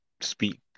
speak